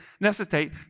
necessitate